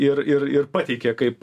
ir ir ir pateikia kaip